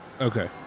Okay